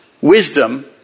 wisdom